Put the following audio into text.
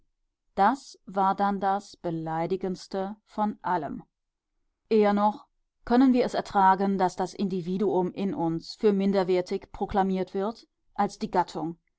das war dann das beleidigendste von allem eher noch können wir es ertragen daß das individuum in uns für minderwertig proklamiert wird als die gattung